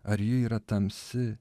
ar ji yra tamsi